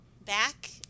back